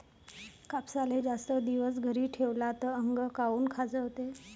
कापसाले जास्त दिवस घरी ठेवला त आंग काऊन खाजवते?